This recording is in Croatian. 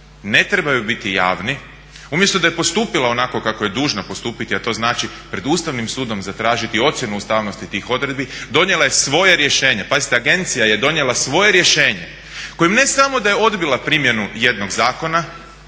ne trebaju biti javni, umjesto da je postupila onako kako je dužna postupiti a to znači pred Ustavnim sudom zatražiti ocjenu ustavnosti tih odredbi donijela je svoje rješenje, pazite agencija je donijela svoje rješenje kojim ne samo da je odbila primjenu jednog zakona